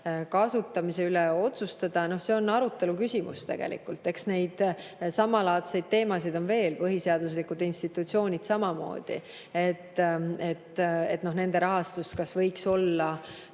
kasutamise üle otsustada? See on arutelu küsimus. Eks neid samalaadseid teemasid on veel, põhiseaduslikud institutsioonid samamoodi. Kas nende rahastus võiks olla